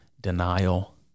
denial